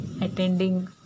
attending